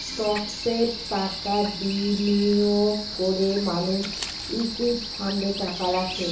স্টকসে টাকা বিনিয়োগ করে মানুষ ইকুইটি ফান্ডে টাকা রাখে